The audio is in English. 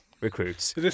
recruits